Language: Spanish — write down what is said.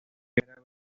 primera